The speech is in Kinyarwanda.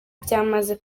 byamaze